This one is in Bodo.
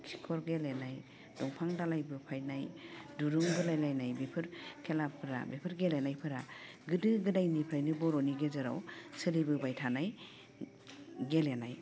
खिखर गेलेनाय दंफां दालाय बोफायनाय दुरुं बोलायलायनाय बेफोर खेलाफ्रा बेफोर गेलेनायफ्रा गोदो गोदानिफ्रायनो बर'नि गेजेराव सोलिबोबाय थानाय गेलेनाय